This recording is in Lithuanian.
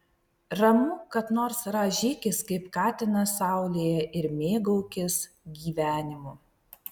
ramu kad nors rąžykis kaip katinas saulėje ir mėgaukis gyvenimu